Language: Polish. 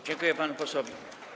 Dziękuję panu posłowi.